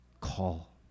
call